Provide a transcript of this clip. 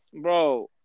Bro